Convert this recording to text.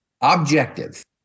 objective